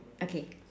okay